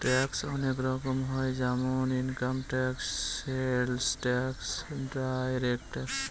tax অনেক রকম হয় যেমন income tax, sales tax, direct tax